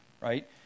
right